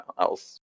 else